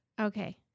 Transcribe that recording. Okay